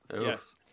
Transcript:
Yes